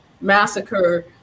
massacre